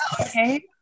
okay